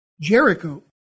Jericho